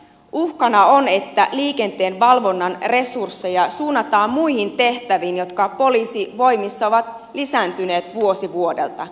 uhkana on että liikenteenvalvonnan resursseja suunnataan muihin tehtäviin jotka poliisivoimissa ovat lisääntyneet vuosi vuodelta